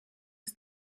was